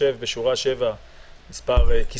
(10)